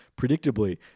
Predictably